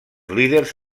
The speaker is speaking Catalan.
líders